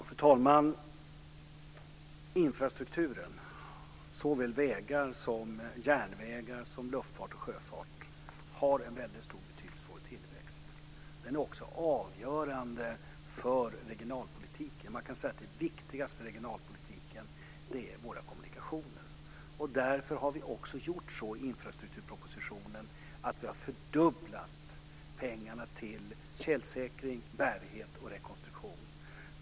Fru talman! Infrastrukturen, såväl vägar och järnvägar som luftfart och sjöfart, har en väldigt stor betydelse för vår tillväxt. Den är också avgörande för regionalpolitiken. Man kan säga att det viktigaste för regionalpolitiken är våra kommunikationer. Därför har vi i infrastrukturpropositionen fördubblat pengarna till tjälsäkring, bärighet och rekonstruktion.